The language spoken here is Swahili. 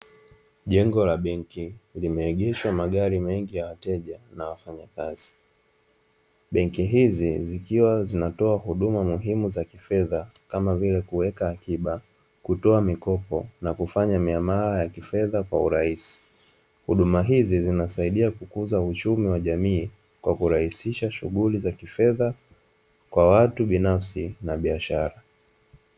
Jengo la benki limeegeshwa magari mengi ya wateja na wafanyakazi. Benki hizi zikiwa zinatoa huduma muhimu za kifedha kama vile: kuweka akiba, kutoa mikopo na kufanya miamala ya kifedha kwa urahisi. Huduma hizi zinasaidia kukuza uchumi wa jamii kwa kurahisisha shughuli za kifedha kwa watu binafsi na biashara.